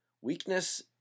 Weakness